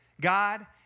God